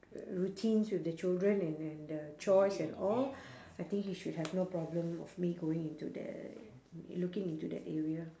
routines with the children and and the chores and all I think he should have no problem of me going into the looking into that area